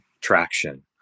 traction